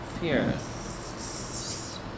Fierce